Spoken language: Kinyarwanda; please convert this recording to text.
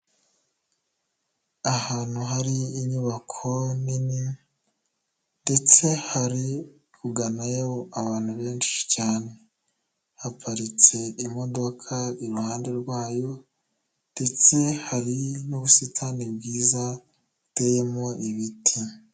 Ahantu hari inyubako nini ndetse hari kuganayo abantu benshi cyane. Haparitse imodoka iruhande rwayo ndetse hari n'ubusitani bwiza, buteyemo ibiti.